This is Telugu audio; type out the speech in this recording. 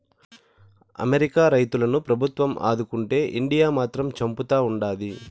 అమెరికా రైతులను ప్రభుత్వం ఆదుకుంటే ఇండియా మాత్రం చంపుతా ఉండాది